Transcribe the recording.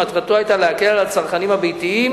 שמטרתו היתה להקל על הצרכנים הביתיים